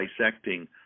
dissecting